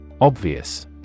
Obvious